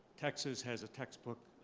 texas has a textbook